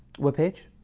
what page?